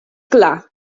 clar